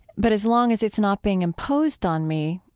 but as long as it's not being imposed on me,